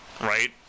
right